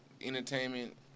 entertainment